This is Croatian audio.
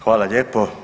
Hvala lijepo.